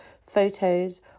photos